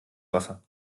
wasser